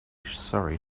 sorry